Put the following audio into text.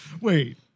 Wait